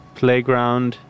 playground